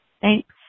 Thanks